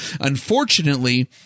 Unfortunately